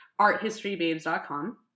arthistorybabes.com